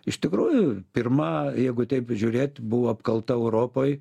iš tikrųjų pirma jeigu taip žiūrėt buvo apkalta europoj